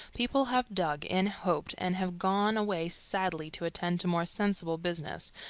people have dug and hoped and have gone away sadly to attend to more sensible business,